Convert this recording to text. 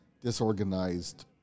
disorganized